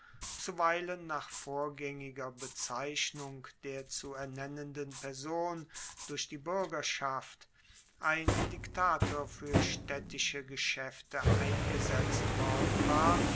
zuweilen nach vorgaengiger bezeichnung der zu ernennenden person durch die buergerschaft ein diktator fuer staedtische geschaefte eingesetzt worden war